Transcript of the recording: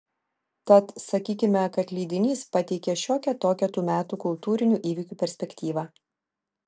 tad sakykime kad leidinys pateikė šiokią tokią tų metų kultūrinių įvykių perspektyvą